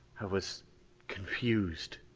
i was confused.